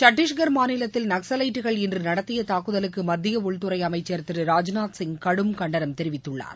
சத்தீஷ்கர் மாநிலத்தில் நக்சலைட்டுகள் இன்று நடத்திய தாக்குதலுக்கு மத்திய உள்துறை அமைச்சர் திரு ராஜ்நாத் சிங் கடும் கண்டனம் தெரிவித்துள்ளார்